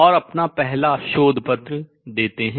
और अपना पहला शोध पत्र देते हैं